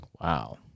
Wow